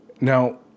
now